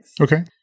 Okay